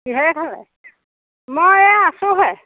কিহেৰে খালে মই এয়া আছোঁ হে